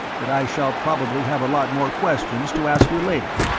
but i shall probably have a lot more questions to ask you later.